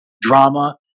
drama